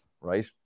right